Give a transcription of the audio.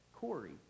Corey